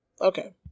Okay